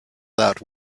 that